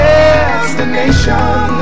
Destination